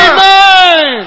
Amen